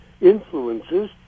influences